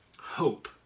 hope